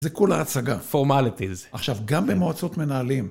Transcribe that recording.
זה כולה הצגה, פורמליטיז. עכשיו, גם במועצות מנהלים...